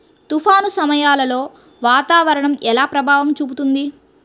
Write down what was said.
తుఫాను సమయాలలో వాతావరణం ఎలా ప్రభావం చూపుతుంది?